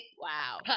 Wow